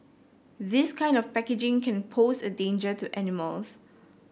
this kind of packaging can pose a danger to animals